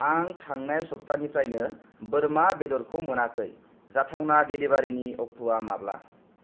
आं थांनाय सबथानिफ्रायनो बोरमा बेदरखौ मोनाखै जाथावना डेलिबारिनि अक्ट'आ माब्ला